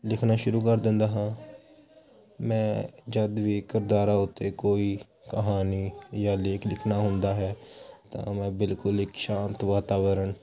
ਲਿਖਣਾ ਸ਼ੁਰੂ ਕਰ ਦਿੰਦਾ ਹਾਂ ਮੈਂ ਜਦੋਂ ਵੀ ਕਿਰਦਾਰਾਂ ਉੱਤੇ ਕੋਈ ਕਹਾਣੀ ਜਾਂ ਲੇਖ ਲਿਖਣਾ ਹੁੰਦਾ ਹੈ ਤਾਂ ਮੈਂ ਬਿਲਕੁਲ ਇੱਕ ਸ਼ਾਂਤ ਵਾਤਾਵਰਨ